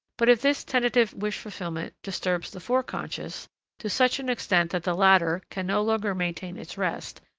but if this tentative wish-fulfillment disturbs the foreconscious to such an extent that the latter can no longer maintain its rest,